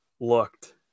looked